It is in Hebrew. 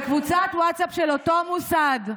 בקבוצת ווטסאפ של אותו מוסד,